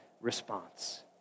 response